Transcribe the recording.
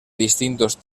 distintos